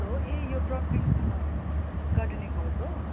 hello ए यो Prabina gardening house हो